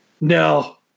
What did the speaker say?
No